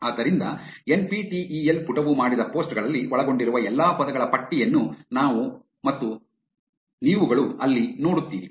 ಆದ್ದರಿಂದ N P T E L ಪುಟವು ಮಾಡಿದ ಪೋಸ್ಟ್ ಗಳಲ್ಲಿ ಒಳಗೊಂಡಿರುವ ಎಲ್ಲಾ ಪದಗಳ ಪಟ್ಟಿಯನ್ನು ನೀವು ಅಲ್ಲಿ ನೋಡುತ್ತೀರಿ